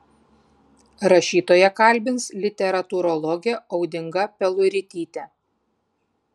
rašytoją kalbins literatūrologė audinga peluritytė